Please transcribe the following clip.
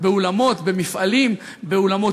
לוטו, פיס, "חיש-גד", מירוצי סוסים, מכונות